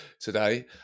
today